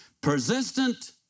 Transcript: Persistent